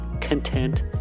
content